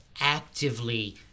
actively